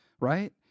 right